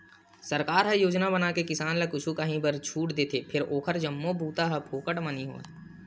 सरकार ह योजना बनाके किसान ल कुछु काही बर छूट देथे फेर ओखर जम्मो बूता ह फोकट म नइ होवय